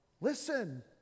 listen